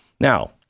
Now